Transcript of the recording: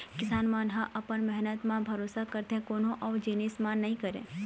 किसान मन ह अपन मेहनत म भरोसा करथे कोनो अउ जिनिस म नइ करय